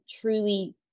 truly